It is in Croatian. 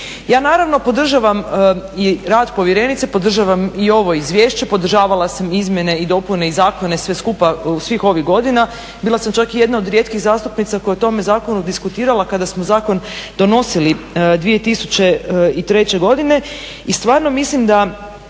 Ja naravno podržavam i rad povjerenice, podržavam i ovo izvješće, podržavala sam izmjene i dopune i zakone sve skupa svih ovih godina. Bila sam čak i jedna od rijetkih zastupnica koja je o tome zakonu diskutirala kada smo zakon donosili 2003. godine i stvarno mislim da